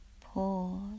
pause